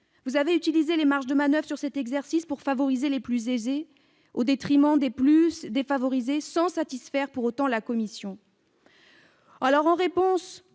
vous avez utilisé les marges de manoeuvre existant sur cet exercice pour favoriser les plus aisés au détriment des plus défavorisés, sans satisfaire pour autant la Commission